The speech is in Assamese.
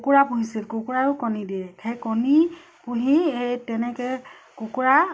কুকুৰা পুহিছিল কুকুৰাও কণী দিয়ে সেই কণী পুহি এই তেনেকে কুকুৰা